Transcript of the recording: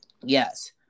Yes